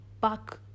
back